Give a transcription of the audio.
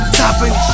topping